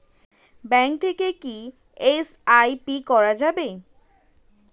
Bank থেকে কী SIP করা যাবে?